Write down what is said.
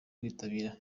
kwitabira